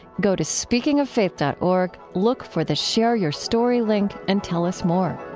go to speakingoffaith dot org, look for the share your story link, and tell us more